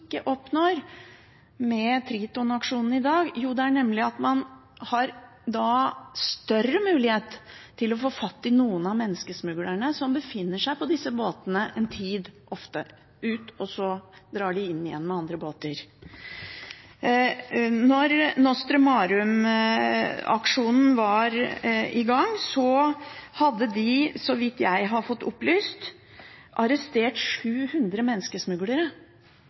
oppnår med Triton-aksjonen i dag? Det var at man da hadde større mulighet til å få fatt i noen av menneskesmuglerne som befinner seg på disse båtene, ofte en tid, før de drar inn igjen med andre båter. Da Mare Nostrum-aksjonen var i gang, arresterte de – så vidt jeg har fått opplyst – 700 menneskesmuglere.